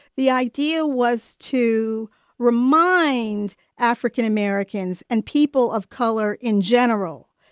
the idea was to remind african-americans, and people of color in general,